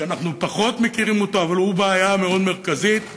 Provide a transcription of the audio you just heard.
שאנחנו פחות מכירים אותו אבל הוא בעיה מאוד מרכזית,